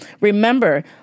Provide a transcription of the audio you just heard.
remember